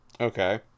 Okay